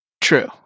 True